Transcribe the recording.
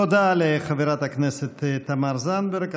תודה לחברת הכנסת תמר זנדברג.